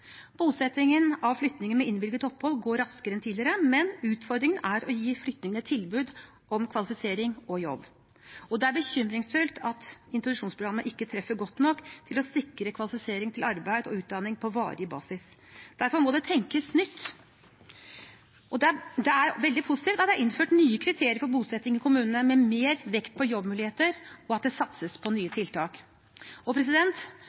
Bosettingen av flyktninger med innvilget opphold går raskere enn tidligere, men utfordringen er å gi flyktninger et tilbud om kvalifisering og jobb. Det er bekymringsfullt at introduksjonsprogrammet ikke treffer godt nok til å sikre kvalifisering til arbeid og utdanning på varig basis. Derfor må det tenkes nytt. Det er veldig positivt at det er innført nye kriterier for bosetting i kommunene med mer vekt på jobbmuligheter, og at det satses på nye tiltak. Når mål ikke blir nådd, er det viktig å tenke nytt – og